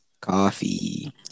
Coffee